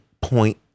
point